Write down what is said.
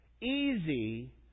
easy